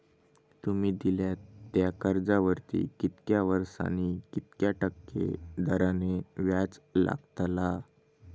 तुमि दिल्यात त्या कर्जावरती कितक्या वर्सानी कितक्या टक्के दराने व्याज लागतला?